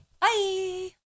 bye